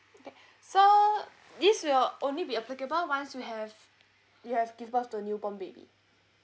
so this will only be applicable once you have you have give birth to a new born baby